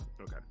Okay